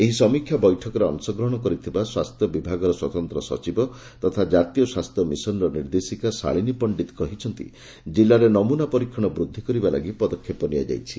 ଏହି ସମୀକ୍ଷା ବୈଠକରେ ଅଂଶଗ୍ରହଣ କରିଥିବା ସ୍ୱାସ୍ଷ୍ୟ ବିଭାଗର ସ୍ୱତନ୍ତ ସଚିବ ତଥା ଜାତୀୟ ସ୍ୱାସ୍ଥ୍ୟ ମିଶନର ନିର୍ଦ୍ଦେଶିକା ଶାଳିନୀ ପଶ୍ଡିତ୍ କହିଛନ୍ତି ଜିଲ୍ଲାରେ ନମୁନା ପରୀକ୍ଷଣ ବୃଦ୍ଧିକରିବା ଲାଗି ପଦକ୍ଷେପ ନିଆଯାଇଛି